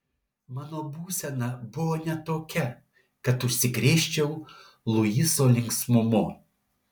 mano būsena buvo ne tokia kad užsikrėsčiau luiso linksmumu